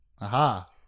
Aha